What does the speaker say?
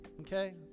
okay